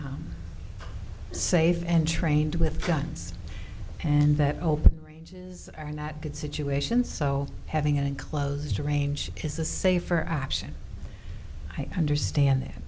safe and trained with guns and that open ranges are not good situation so having an enclosed range is a safer option i understand that